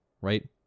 right